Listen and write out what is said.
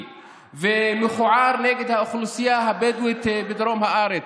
ומכוער נגד האוכלוסייה הבדואית בדרום הארץ,